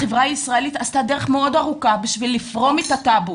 החברה הישראלית עשתה דרך מאוד ארוכה בשביל לפרום את הטאבו